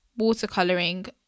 watercoloring